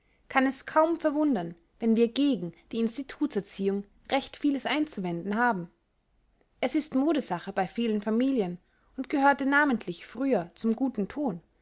kann es kaum verwundern wenn wir gegen die institutserziehung recht vieles einzuwenden haben es ist modesache bei vielen familien und gehörte namentlich früher zum guten ton